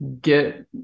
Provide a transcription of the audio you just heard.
get